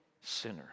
sinner